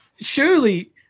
Surely